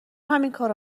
همینکارو